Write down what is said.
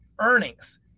earnings